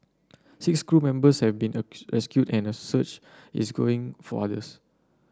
six crew members have been rescued and a search is growing for others